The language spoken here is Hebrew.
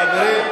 חברים.